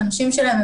הנושים שלהם,